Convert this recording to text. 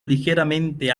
ligeramente